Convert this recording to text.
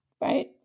right